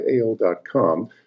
AL.com